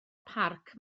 parc